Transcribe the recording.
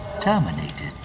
terminated